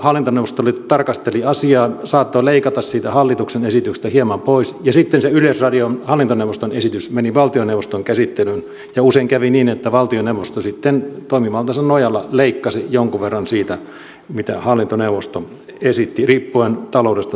hallintoneuvosto tarkasteli asiaa saattoi leikata sitä hallituksen esityksestä hieman pois ja sitten se yleisradion hallintoneuvoston esitys meni valtioneuvoston käsittelyyn ja usein kävi niin että valtioneuvosto sitten toimivaltansa nojalla leikkasi jonkun verran siitä mitä hallintoneuvosto esitti riippuen taloudellisesta tilanteesta